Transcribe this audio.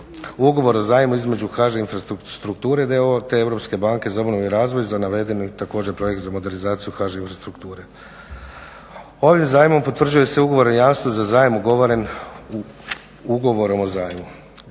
ugovor o zajmu između HŽ Infrastrukture d.o.o. te Europske banke za obnovu i razvoj za navedeni također projekt za modernizaciju HŽ Infrastrukture. Ovim zajmom potvrđuje se ugovor o jamstvu za zajam ugovoren ugovorom o zajmu.